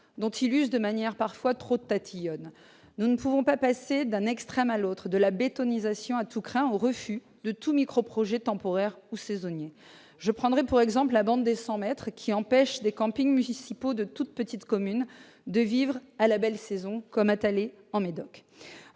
dont il use de manière parfois trop tatillonne. Nous ne pouvons passer d'un extrême à l'autre, de la « bétonisation » à tous crins au refus de tout microprojet temporaire ou saisonnier. La bande des 100 mètres, par exemple, empêche les campings municipaux de toutes petites communes de vivre, à la belle saison, comme à Taller, en Médoc.